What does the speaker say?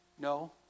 No